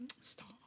Stop